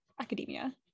academia